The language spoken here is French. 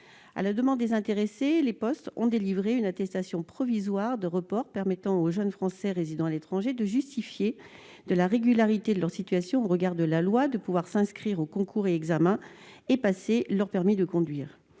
diplomatiques et consulaires ont délivré une attestation provisoire de report permettant aux jeunes Français résidant à l'étranger de justifier de la régularité de leur situation au regard de la loi et ainsi de s'inscrire aux concours et examens, et de passer leur permis de conduire.